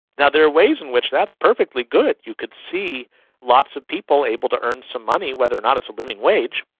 there are ways in which that's perfectly good. you could see lots of people able to earn some money, whether or not it's a living wage,